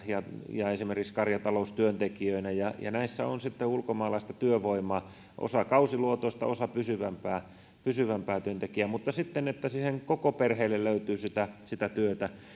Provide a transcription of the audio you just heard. ja esimerkiksi karjataloustyöntekijöiksi näissä on sitten ulkomaalaista työvoimaa osa kausiluontoista osa pysyvämpää pysyvämpää työntekijää mutta sitten on haasteena että sille koko perheelle löytyy sitä sitä työtä